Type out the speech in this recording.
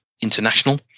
international